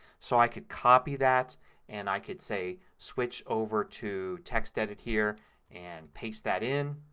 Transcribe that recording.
so i can copy that and i can say switch over to textedit here and paste that in.